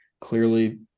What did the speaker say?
clearly